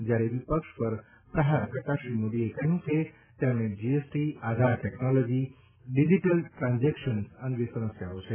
જયારે વિપક્ષ પર પ્રહાર કરતાં શ્રી મોદીએ કહ્યું કે તેમણે GST Aadhaar technology digital transaction અંગે સમસ્યાઓ છે